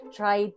try